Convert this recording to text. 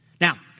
Now